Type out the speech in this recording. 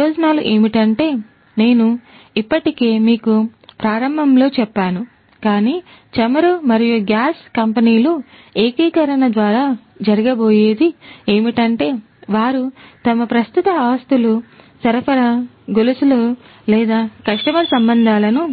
ప్రయోజనాలు ఏమిటంటే నేను ఇప్పటికే మీకు ప్రారంభంలో చెప్పాను కాని చమురు మరియు గ్యాస్ కంపెనీలు ఏకీకరణ ద్వారా జరగబోయేది ఏమిటంటే వారు తమ ప్రస్తుత ఆస్తులు సరఫరా గొలుసులు లేదా కస్టమర్ సంబంధాలను